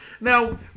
Now